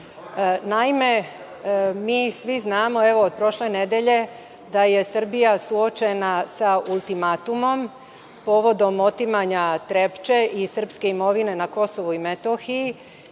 vama. Naime, mi svi znamo, od prošle nedelje, da je Srbija suočena sa ultimatumom, povodom otimanja Trepče i srpske imovine na KiM i ja